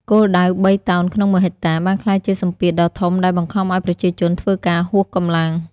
គោលដៅ "៣ តោនក្នុងមួយហិកតា" បានក្លាយជាសម្ពាធដ៏ធំដែលបង្ខំឱ្យប្រជាជនធ្វើការហួសកម្លាំង។